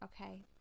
okay